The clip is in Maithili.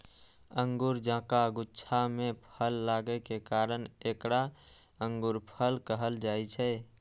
अंगूर जकां गुच्छा मे फल लागै के कारण एकरा अंगूरफल कहल जाइ छै